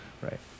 right